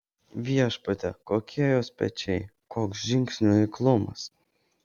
viešpatie kokie jos pečiai koks žingsnių eiklumas